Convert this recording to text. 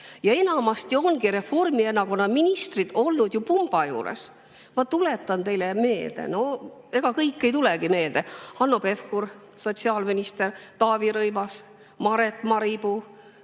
Enamasti ongi ju Reformierakonna ministrid olnud pumba juures. Ma tuletan teile meelde. No ega kõik ei tulegi meelde. Aga Hanno Pevkur on olnud sotsiaalminister, Taavi Rõivas, Maret Maripuu,